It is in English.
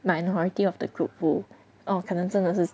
minority of the group who 可能真的是